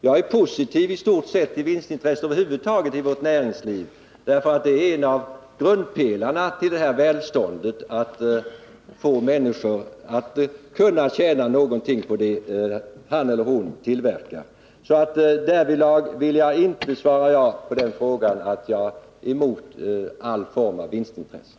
Jag är i stort sett positiv till vinstintressena över huvud taget i vårt näringsliv, för det är en av grundpelarna till välståndet att människor kan tjäna någonting på det de tillverkar. Därför vill jag inte svara ja på frågan om jag är mot alla former av vinstintressen.